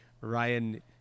Ryan